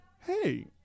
hey